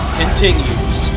continues